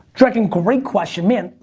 drekken, great question, man.